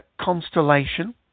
Constellation